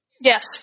yes